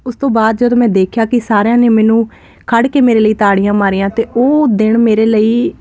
ਉਸ ਤੋਂ ਬਾਅਦ ਜਦੋਂ ਮੈਂ ਦੇਖਿਆ ਕਿ ਸਾਰਿਆਂ ਨੇ ਮੈਨੂੰ ਖੜ ਕੇ ਮੇਰੇ ਲਈ ਤਾੜੀਆਂ ਮਾਰੀਆਂ ਤੇ ਉਹ ਦਿਨ ਮੇਰੇ ਲਈ